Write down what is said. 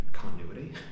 Continuity